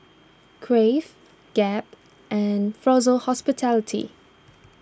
Crave Gap and Fraser Hospitality